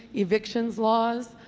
evictions laws,